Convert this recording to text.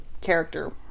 character